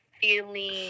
feeling